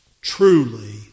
truly